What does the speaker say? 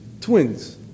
twins